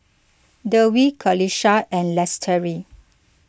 Dewi Qalisha and Lestari